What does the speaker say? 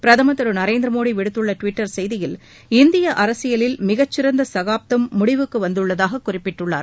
பிரதமர் திரு நரேந்திர மோடி விடுத்துள்ள டுவிட்டர் செய்தியில் இந்திய அரசியலில் மிகச்சிறந்த சகாப்தம் முடிவுக்கு வந்துள்ளதாகக் குறிப்பிட்டுள்ளார்